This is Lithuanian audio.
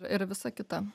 ir visa kita